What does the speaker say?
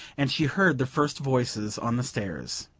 and she heard the first voices on the stairs.